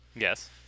Yes